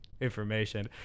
information